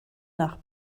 nach